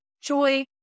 joy